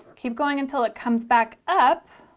keep going until it comes back up